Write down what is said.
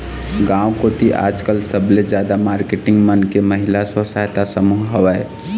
गांव कोती आजकल सबले जादा मारकेटिंग मन के महिला स्व सहायता समूह हवय